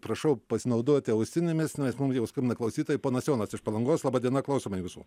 prašau pasinaudoti ausinėmis nes mum jau skambina klausytojai ponas jonas iš palangos laba diena klausome jūsų